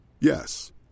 Yes